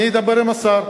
אני אדבר עם השר.